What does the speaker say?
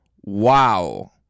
wow